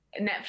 netflix